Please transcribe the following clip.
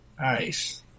nice